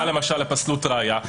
למשל פסלות ראיה.